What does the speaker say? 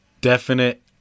definite